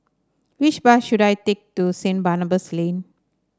which bus should I take to Saint Barnabas Lane